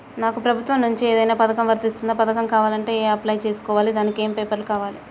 నాకు ప్రభుత్వం నుంచి ఏదైనా పథకం వర్తిస్తుందా? పథకం కావాలంటే ఎలా అప్లై చేసుకోవాలి? దానికి ఏమేం పేపర్లు కావాలి?